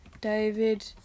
David